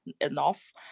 enough